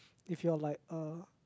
if you're like a